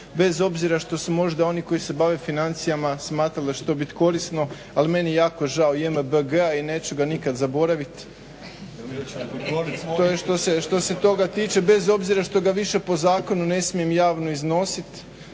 bez obzira što su možda oni koji se bave financijama smatrali da će to biti korisno ali meni je jako žao JMBG-a i neću ga nikada zaboraviti. Što se toga tiče, bez obzira što ga više po zakonu ne smijem javno iznositi.